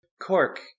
Cork